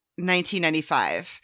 1995